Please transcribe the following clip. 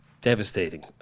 devastating